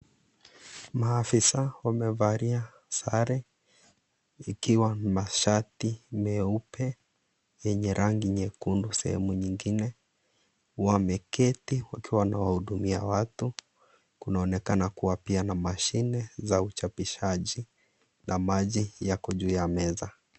Maafisa wamevalia sare, ikiwa mashati meupe yenye rangi nyekundu sehemu nyingine. Wameketi wakiwa wanawahudumia watu. Kunaonekana pia kuwa na mashine za ujapishaji na maji yako juu ya meza.